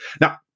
Now